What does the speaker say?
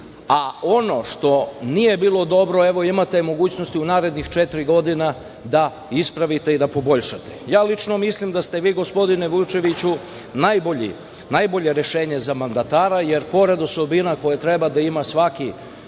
a ono što nije bilo dobro imate mogućnosti u narednih četiri godine da ispravite i da poboljšate. Lično mislim da ste vi gospodine Vučeviću najbolji, najbolje rešenje za mandatara, jer pored osobina koje treba da ima svaki